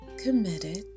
Committed